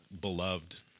beloved